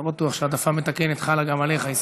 לא בטוח שהעדפה מתקנת חלה גם עליך, עיסאווי.